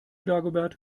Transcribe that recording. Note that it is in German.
dagobert